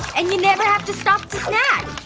and you never have to stop to snack!